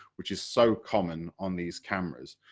which is so common on these cameras,